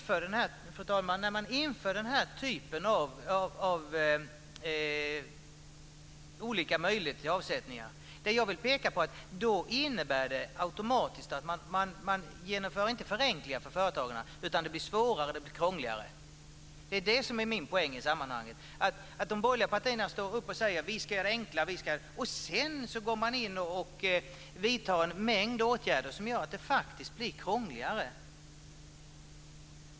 Fru talman! När man inför den här typen av möjligheter för avsättningar innebär det automatiskt att man inte genomför förenklingar för företagarna, utan det blir svårare och krångligare. Det är min poäng i sammanhanget. De borgerliga partierna säger: Vi ska göra det enkelt. Sedan vidtar man en mängd åtgärder som gör att det faktiskt blir krångligare.